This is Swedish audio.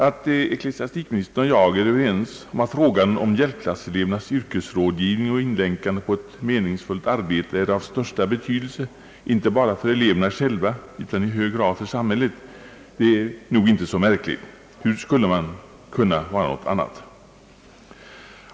Att ecklesiastikministern och jag är överens om att frågan om hjälpklasselevernas yrkesrådgivning och inlänkande på ett meningsfullt arbeie är av största betydelse inte bara för eleverna själva utan i hög grad även för samhället är nog inte så märkligt. Hur skulle man på denna punkt kunna ha en annan uppfattning?